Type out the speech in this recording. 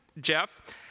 Jeff